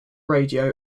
radio